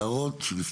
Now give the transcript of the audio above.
הערות?